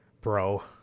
bro